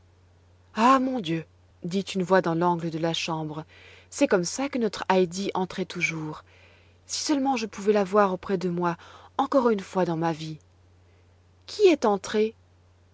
ah mon dieu dit une voix dans l'angle de la chambre c'est comme ça que notre heidi entrait toujours si seulement je pouvais l'avoir auprès de moi encore une fois dans ma vie qui est entré